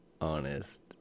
honest